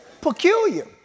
Peculiar